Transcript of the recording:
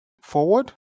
forward